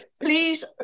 please